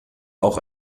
auch